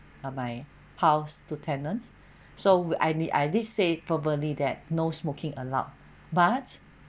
uh my house to tenants so I mean I did say verbally that no smoking allowed but